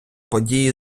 події